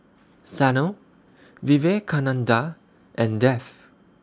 Sanal Vivekananda and Dev